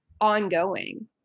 ongoing